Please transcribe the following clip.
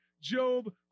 Job